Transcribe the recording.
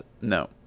No